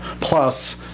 plus